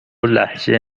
لهجه